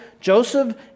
Joseph